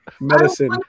medicine